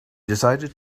decided